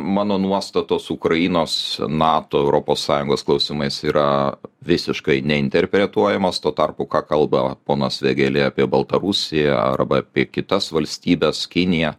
mano nuostatos ukrainos nato europos sąjungos klausimais yra visiškai neinterpretuojamos tuo tarpu ką kalba ponas vėgėlė apie baltarusiją arba apie kitas valstybes kiniją